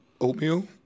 oatmeal